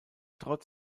trotz